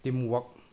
team work